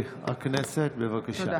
הכניסו אותו,